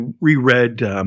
reread